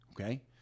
okay